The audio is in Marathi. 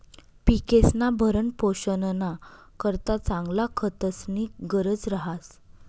पिकेस्ना भरणपोषणना करता चांगला खतस्नी गरज रहास